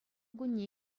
кунне